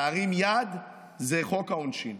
להרים יד זה חוק העונשין,